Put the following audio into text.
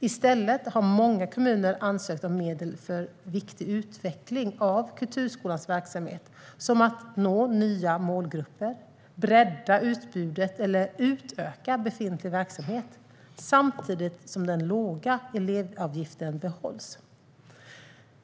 I stället har många kommuner ansökt om medel för viktig utveckling av kulturskolans verksamhet, som att nå nya målgrupper, bredda utbudet eller utöka befintlig verksamhet, samtidigt som den låga elevavgiften behålls.